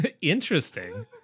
interesting